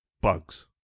bugs